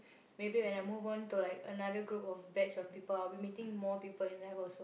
maybe when I move on to like another group of batch of people I will be meeting more people in life also